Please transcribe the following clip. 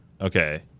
Okay